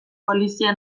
polizia